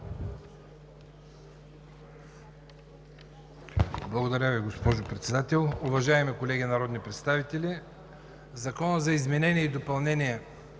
Благодаря Ви, госпожо Председател. Уважаеми колеги народни представители! Законопроектът за изменение и допълнение